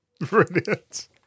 Brilliant